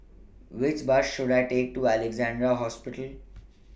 Which Bus should I Take to Alexandra Hospital